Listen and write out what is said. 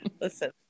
listen